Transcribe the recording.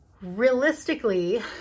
Realistically